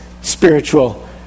spiritual